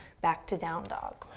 back to down dog.